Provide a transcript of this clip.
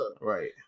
Right